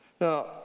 Now